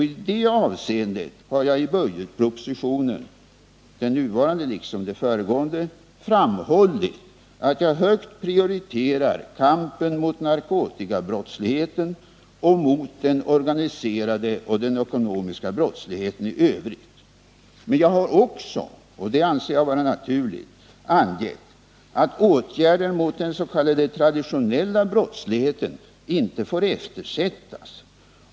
I det hänseendet har jag i budgetpropositionen i år liksom tidigare år framhållit att jag högt prioriterar kampen mot narkotikabrottsligheten samt den organiserade och den ekonomiska brottsligheten i övrigt. Men jag har också — och det anser jag vara naturligt — angett att åtgärder mot den s.k. traditionella brottsligheten inte får eftersättas.